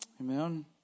Amen